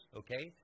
okay